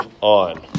on